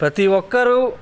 ప్రతి ఒక్కరు